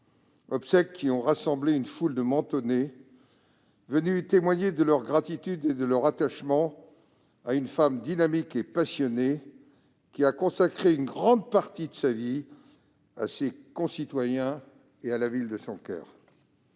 obsèques qui ont rassemblé une foule de Mentonnais, venus témoigner de leur gratitude et de leur attachement à une femme dynamique et passionnée, qui a consacré une grande partie de sa vie à ses concitoyens et à la ville de son coeur.